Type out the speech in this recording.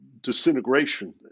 disintegration